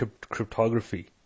cryptography